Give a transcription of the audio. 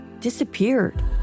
disappeared